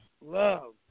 love